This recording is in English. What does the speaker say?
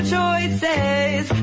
choices